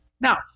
Now